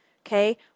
okay